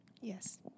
Yes